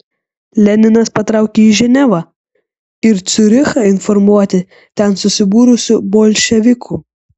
leninas patraukė į ženevą ir ciurichą informuoti ten susibūrusių bolševikų